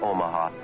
Omaha